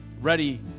ready